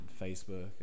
Facebook